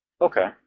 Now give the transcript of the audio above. Okay